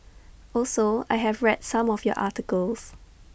also I have read some of your articles